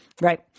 Right